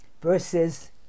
verses